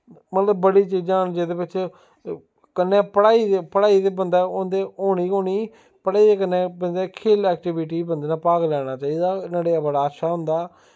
मतलब बड़ी चीजां न जेह्दे बिच्च कन्नै पढ़ाई पढाई दे बंदा उं'दी होनी गै होनी पढ़ाई दे कन्नै बंदै खेढ ऐक्टिविटी बी बंदे नै भाग लैना चाहिदा नुहाड़े तै बड़ा अच्छा होंदा